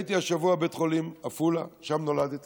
הייתי השבוע בבית חולים עפולה, שם נולדתי